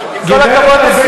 גברת ארבל,